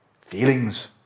feelings